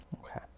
Okay